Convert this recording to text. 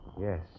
Yes